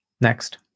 Next